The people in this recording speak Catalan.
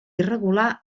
irregular